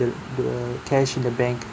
the cash in the bank